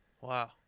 Wow